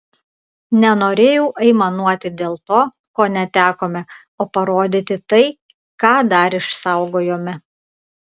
nenorėjau aimanuoti dėl to ko netekome o parodyti tai ką dar išsaugojome